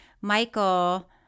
Michael